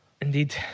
indeed